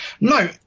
No